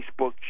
Facebook